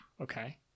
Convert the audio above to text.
Okay